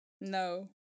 No